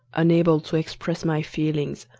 unable to express my feelings,